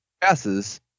passes